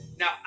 Now